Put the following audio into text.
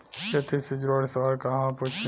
खेती से जुड़ल सवाल कहवा पूछी?